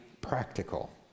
practical